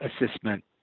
assessment